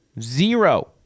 zero